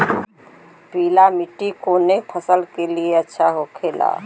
पीला मिट्टी कोने फसल के लिए अच्छा होखे ला?